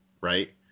right